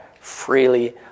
freely